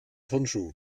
turnschuh